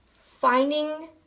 finding